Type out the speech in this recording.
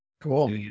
Cool